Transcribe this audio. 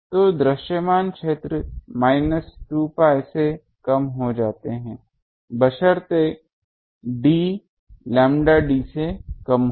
तो दृश्यमान क्षेत्र माइनस 2 pi से कम हो जाते हैं बशर्ते d लैम्बडा d से कम हो